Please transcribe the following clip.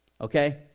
Okay